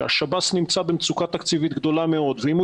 השב"ס נמצא במצוקה תקציבית גדולה מאוד ואם הוא